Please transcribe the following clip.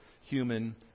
human